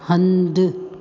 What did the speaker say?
हंधि